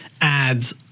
ads